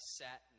sat